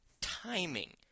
timing